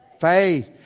faith